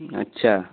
اچھا